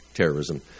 terrorism